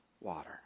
water